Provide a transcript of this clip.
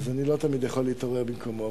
אני לא תמיד יכול להתעורר במקומו.